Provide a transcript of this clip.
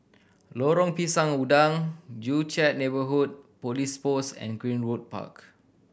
Lorong Pisang Udang Joo Chiat Neighbourhood Police Post and Greenwood Park